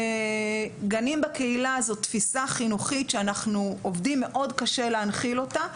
"גנים בקהילה" זו תפיסה חינוכית שאנחנו עובדים קשה להנחיל אותה.